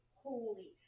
holy